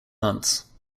months